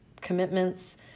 commitments